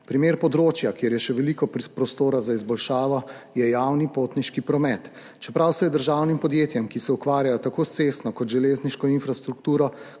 Primer področja, kjer je še veliko prostora za izboljšavo, je javni potniški promet. Čeprav se je državnim podjetjem, ki se ukvarjajo tako s cestno kot železniško infrastrukturo,